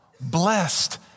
Blessed